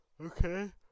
okay